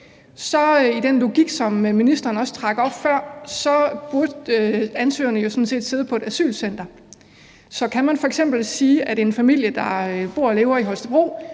den logik, som ministeren gav udtryk for før, jo sådan set sidde på et asylcenter. Så kan man f.eks. sige, at en familie, der bor og lever i Holstebro,